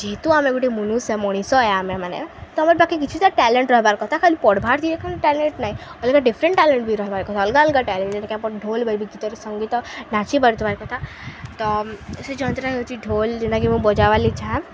ଯେହେତୁ ଆମ ଗୁଟେ ମୁନୁଷ୍ ଏ ମଣିଷ ଏ ଆମେମାନେ ତ ଆମର୍ ପାଖେ କିଛି ତ ଟ୍ୟାଲେଣ୍ଟ୍ ରହେବାର୍ କଥା ଖାଲି ପଢ଼୍ବାର୍ ଥି ଏକା ଟ୍ୟାଲେଣ୍ଟ୍ ନାଇ ଅଲ୍ଗା ଡିଫେରେଣ୍ଟ୍ ଟ୍ୟାଲେଣ୍ଟ୍ ବି ରହେବାର୍ କଥା ଅଲ୍ଗା ଅଲ୍ଗା ଟ୍ୟାଲେଣ୍ଟ୍ ଯେନ୍ଟାକି ଆପଣ୍ ଢୋଲ୍ ବି ଗୀତରେ ସଙ୍ଗୀତ ନାଚି ପାରୁଥିବାର୍ କଥା ତ ସେ ଯନ୍ତ୍ର ହେଉଚି ଢୋଲ୍ ଜେନ୍ଟାକି ମୁଁ ବଜାବାର୍ଲାଗି ଚାହେଁ